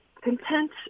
Content